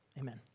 amen